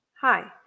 Hi